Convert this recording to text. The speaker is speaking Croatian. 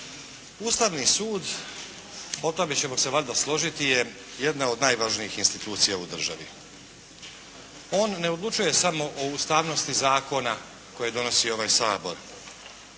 Ustavni sud u tome ćemo se valjda složiti, jedna od najvažnijih institucija u državi. On ne odlučuje samo o ustavnosti zakona koje donosi ovaj Sabor.